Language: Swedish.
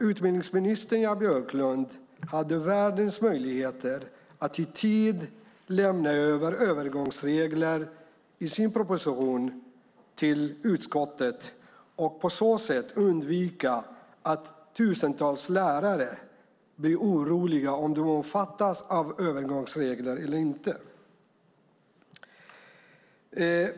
Utbildningsminister Jan Björklund hade världens möjligheter att i tid lämna över övergångsregler i sin proposition till utskottet och på så sätt undvika att tusentals lärare blir oroliga över om de omfattas av övergångsregler eller inte.